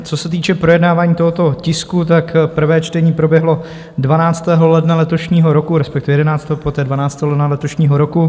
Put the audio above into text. Co se týče projednávání tohoto tisku, prvé čtení proběhlo 12. ledna letošního roku, respektive 11. a poté 12. ledna letošního roku.